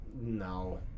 No